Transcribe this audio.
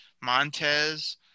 Montez